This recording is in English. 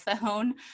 phone